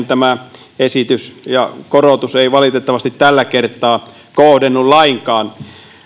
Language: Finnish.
tämä esitys ja korotus eivät valitettavasti tällä kertaa kohdennu lainkaan